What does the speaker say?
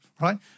right